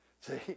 See